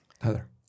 Heather